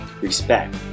respect